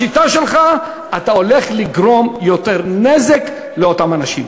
בשיטה שלך אתה הולך לגרום יותר נזק לאותם אנשים.